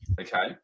Okay